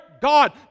God